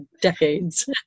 decades